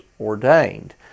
ordained